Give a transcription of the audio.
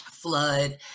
flood